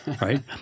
right